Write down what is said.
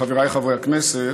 חבריי חברי הכנסת,